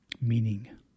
meaning